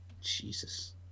Jesus